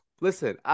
Listen